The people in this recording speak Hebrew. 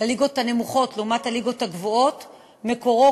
בין הליגות הנמוכות לעומת הליגות הגבוהות מקורו